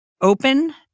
open